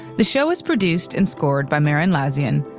the show is produced and scored by meryn lauzon.